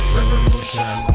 Revolution